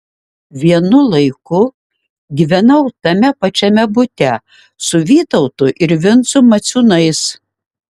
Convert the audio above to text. vienu laiku gyvenau tame pačiame bute su vytautu ir vincu maciūnais